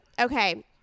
Okay